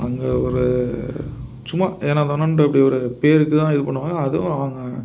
அங்கே ஒரு சும்மா ஏனோ தானோன்னுட்டு அப்படி ஒரு பேருக்கு தான் இது பண்ணுவாங்க அதுவும் அவங்க